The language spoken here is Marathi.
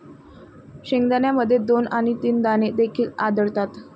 शेंगदाण्यामध्ये दोन आणि तीन दाणे देखील आढळतात